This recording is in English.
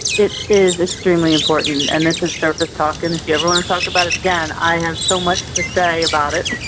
it is extremely important and this is surface talk and if you ever want to talk about it again i have so much to say about it.